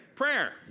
Prayer